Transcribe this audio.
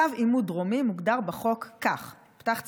"קו עימות דרומי" מוגדר בחוק כך, פתח ציטוט: